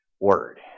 Word